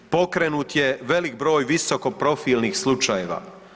Pokrenut je velik broj visoko profilnih slučajeva.